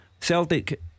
Celtic